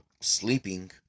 sleeping